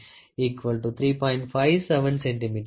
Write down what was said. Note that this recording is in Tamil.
57 சென்டிமீட்டர் ஆகும்